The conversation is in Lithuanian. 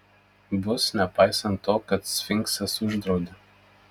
bus nepaisant to kad sfinksas uždraudė